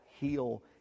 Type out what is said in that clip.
heal